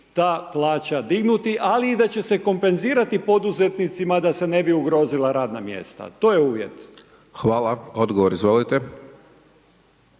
ta plaća dignuti, ali i da će se kompenzirati poduzetnicima da se ne bi ugrozila radna mjesta, to je uvjet. **Hajdaš Dončić,